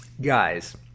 guys